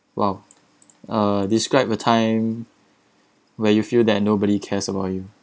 !wow! uh describe a time where you feel that nobody cares about you